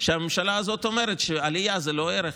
שהממשלה הזו אומרת שעלייה זה לא ערך.